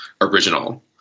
original